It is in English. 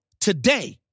today